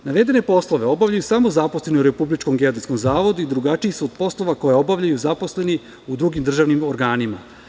Navedene poslove obavljaju samo zaposleni u Republičkom geodetskom zavodu i drugačiji su od poslova koje obavljaju zaposleni u drugim državnim organima.